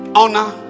honor